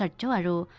like da da